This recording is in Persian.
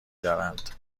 دارند